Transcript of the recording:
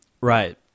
Right